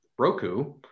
roku